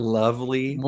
lovely